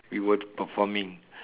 we were to performing